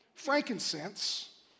Frankincense